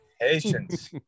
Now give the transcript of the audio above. patience